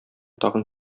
тагын